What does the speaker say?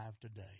today